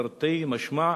תרתי משמע,